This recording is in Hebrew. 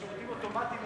ושירותים אוטומטיים,